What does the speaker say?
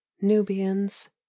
nubians